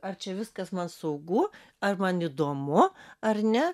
ar čia viskas man saugu ar man įdomu ar ne